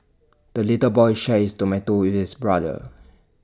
the little boy shared his tomato with his brother